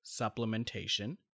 supplementation